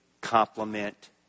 complement